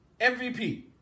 MVP